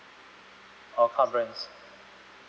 oh car brands